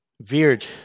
veered